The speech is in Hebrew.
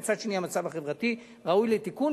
מצד שני המצב החברתי ראוי לתיקון,